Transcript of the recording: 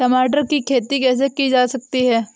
टमाटर की खेती कैसे की जा सकती है?